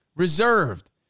reserved